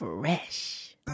Fresh